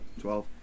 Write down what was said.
Twelve